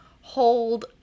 hold